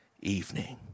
evening